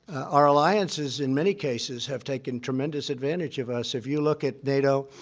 our alliances, in many cases, have taken tremendous advantage of us. if you look at nato,